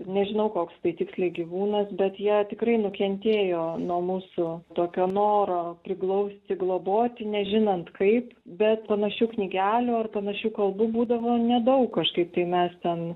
nežinau koks tai tiksliai gyvūnas bet jie tikrai nukentėjo nuo mūsų tokio noro priglausti globoti nežinant kaip bet panašių knygelių ar panašių kalbų būdavo nedaug kažkaip tai mes ten